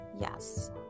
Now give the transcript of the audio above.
yes